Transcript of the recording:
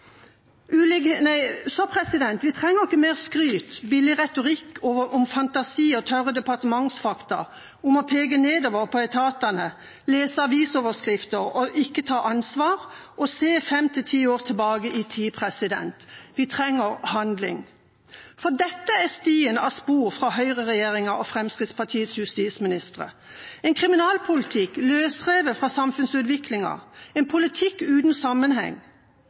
Så vi trenger ikke mer skryt – billig retorikk om fantasi om tørre departementsfakta, om å peke nedover, på etatene, om å lese avisoverskrifter, om ikke å ta ansvar og se fem–ti år tilbake i tid. Vi trenger handling, for dette er stien av spor fra høyreregjeringa og Fremskrittspartiets justisministre: en kriminalpolitikk løsrevet fra samfunnsutviklingen, en politikk uten sammenheng.